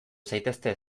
zaitezte